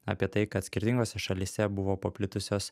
apie tai kad skirtingose šalyse buvo paplitusios